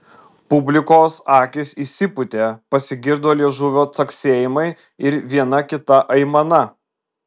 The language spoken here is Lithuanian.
publikos akys išsipūtė pasigirdo liežuvio caksėjimai ir viena kita aimana